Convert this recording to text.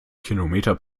kilometer